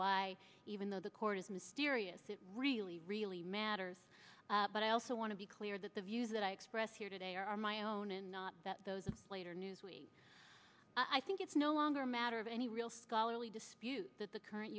why even though the court is mysterious it really really matters but i also want to be clear that the views that i express here today are my own and not that those later newsweek i think it's no longer a matter of any real scholarly dispute that the current